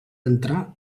entrar